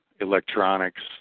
electronics